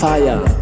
Fire